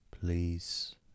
Please